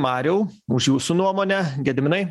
mariau už jūsų nuomonę gediminai